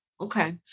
Okay